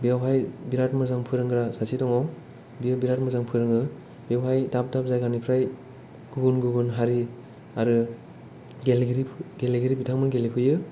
बेयावहाय बिरात मोजां फोरोंग्रा सासे दङ बियो बिरात मोजां फोरोङो बेवहाय दाब दाब जायगानिफ्राय गुबुन गुबुन हारि आरो गेलेगिरि गेलेगिरि बिथांमोन गेलेफैयो